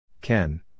Ken